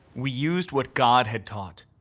we used what god had taught.